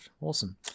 Awesome